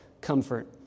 comfort